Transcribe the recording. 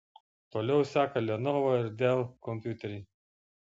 toliau seka lenovo ir dell kompiuteriai